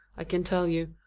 i can tell you,